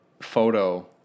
photo